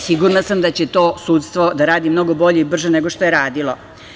Sigurna sam da će to sudstvo da radi mnogo bolje i brže nego što je radilo.